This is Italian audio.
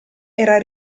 era